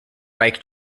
bike